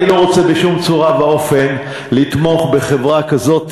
אני לא רוצה בשום צורה ואופן לתמוך בחברה כזאת